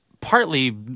partly